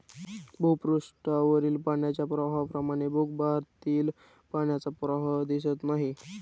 भूपृष्ठावरील पाण्याच्या प्रवाहाप्रमाणे भूगर्भातील पाण्याचा प्रवाह दिसत नाही